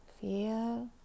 Feel